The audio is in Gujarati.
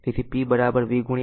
તેથી p vi